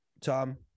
Tom